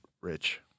Rich